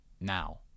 now